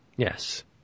Yes